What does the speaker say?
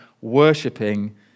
worshipping